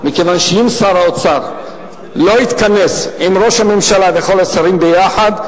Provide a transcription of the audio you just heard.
מכיוון שאם שר האוצר לא יתכנס עם ראש הממשלה וכל השרים יחד,